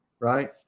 right